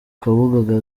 kabuga